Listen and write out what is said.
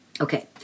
Okay